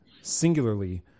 singularly